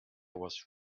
was